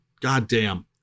goddamn